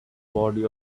body